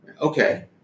Okay